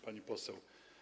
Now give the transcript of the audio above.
Pani Poseł!